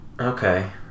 okay